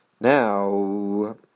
Now